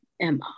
Emma